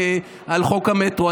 על חוק המטרו.